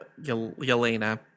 yelena